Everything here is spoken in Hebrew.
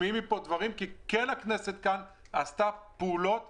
תשמעי מפה דברים כי כן הכנסת כאן עשתה פעולות